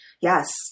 Yes